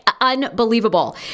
Unbelievable